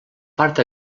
part